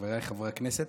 חבריי חברי הכנסת,